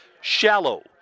Shallow